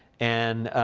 and,